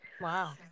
Wow